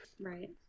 Right